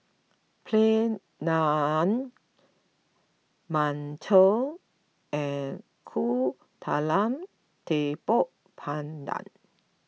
Plain Naan Mantou and Kuih Talam Tepong Pandan